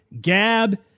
Gab